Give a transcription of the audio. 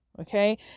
okay